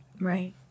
Right